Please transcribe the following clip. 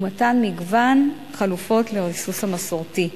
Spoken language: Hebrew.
ומתן מגוון חלופות לריסוס המסורתי.